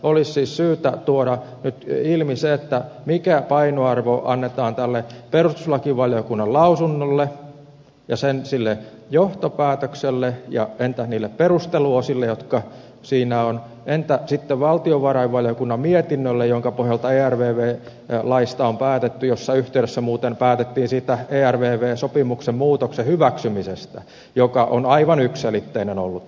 olisi siis syytä nyt tuoda ilmi se mikä painoarvo annetaan tälle perustuslakivaliokunnan lausunnolle ja sen johtopäätökselle entä niille perusteluosille jotka siinä ovat entä sitten valtiovarainvaliokunnan mietinnölle jonka pohjalta ervv laista on päätetty jossa yhteydessä muuten päätettiin siitä ervv sopimuksen muutoksen hyväksymisestä joka on kyllä aivan yksiselitteinen ollut